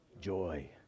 joy